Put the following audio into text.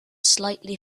slightly